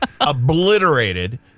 obliterated